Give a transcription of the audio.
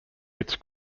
its